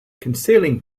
concealing